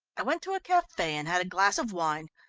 i went to a cafe and had a glass of wine,